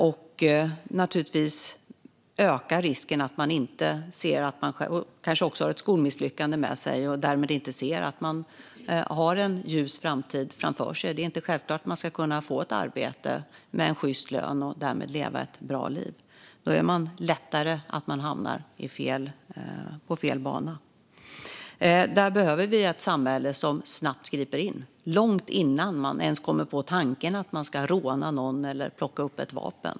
Kanske har man ett skolmisslyckande med sig och ser därför inte en ljus framtid framför sig med arbete, sjyst lön och ett bra liv. Då är det lättare att hamna på fel bana. Här behövs ett samhälle som snabbt griper in, långt innan någon ens kommer på tanken att råna eller plocka upp ett vapen.